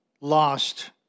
lost